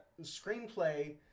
screenplay